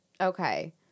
Okay